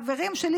חברים שלי,